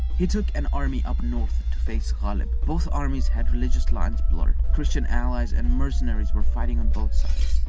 he took an army up north to face ghalib both armies had religious lines blurred. christians allies and mercenaries were fighting on both sides.